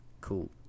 Cool